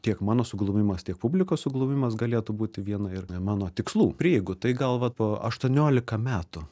tiek mano suglumimas tiek publikos suglumimas galėtų būti viena ir na mano tikslų prieigų tai gal va po aštuoniolika metų